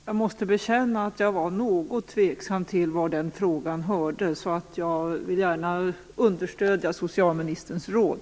Jag måste bekänna att jag var något tveksam till var den frågan hörde. Jag vill alltså gärna understödja socialministerns råd.